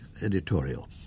editorial